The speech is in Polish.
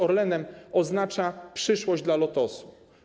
Orlenem oznacza przyszłość dla Lotosu.